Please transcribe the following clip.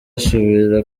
asubira